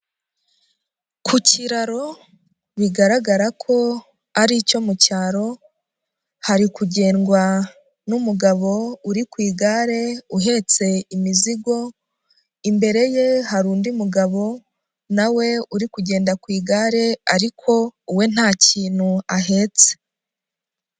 Ku kiraro bigaragara ko ari icyo mu cyaro, hari kugendwa n'umugabo uri ku igare uhetse imizigo, imbere ye hari undi mugabo na we uri kugenda ku igare ariko we nta kintu ahetse.